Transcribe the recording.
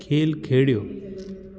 खेल खेॾियो